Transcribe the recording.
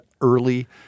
early